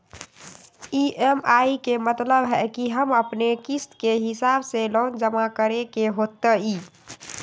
EMI के मतलब है कि अपने के किस्त के हिसाब से लोन जमा करे के होतेई?